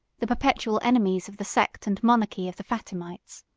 the perpetual enemies of the sect and monarchy of the fatimites.